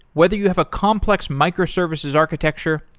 whether you have a complex microservices architecture,